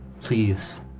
please